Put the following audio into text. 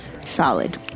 Solid